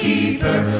Keeper